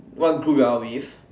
what group you're out with